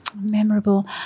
memorable